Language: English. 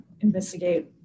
investigate